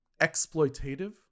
exploitative